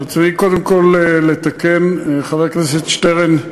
1. אני רוצה קודם כול לתקן, חבר הכנסת שטרן: